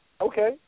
Okay